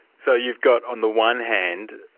so you've got on the one hand,